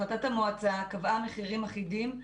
החלטת המועצה קבעה מחירים אחידים,